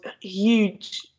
huge